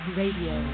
radio